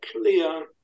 clear